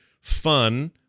fun